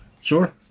Sure